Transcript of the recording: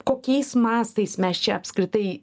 kokiais mastais mes čia apskritai